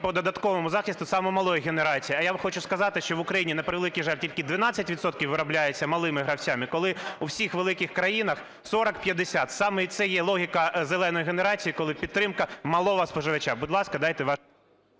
по додатковому захисту саме малої генерації? А я вам хочу сказати, що в Україні, на превеликий жаль, тільки 12 відсотків виробляється малими гравцями, коли у всіх великих країнах - 40-50. Саме це є логіка "зеленої" генерації, коли підтримка малого споживача. Будь ласка, дайте…